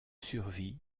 survit